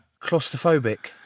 claustrophobic